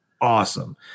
awesome